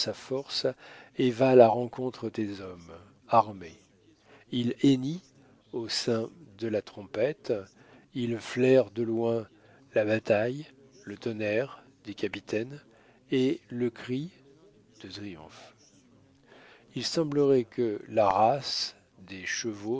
force et va à la rencontre des hommes armés il hennit au son de la trompette il flaire de loin la bataille le tonnerre des capitaines et le cri de triomphe il semblerait que la race des